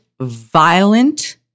violent